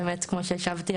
כמו שהשבתי,